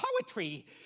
poetry